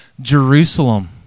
Jerusalem